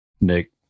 Nick